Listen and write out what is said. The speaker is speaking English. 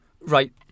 Right